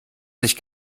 sich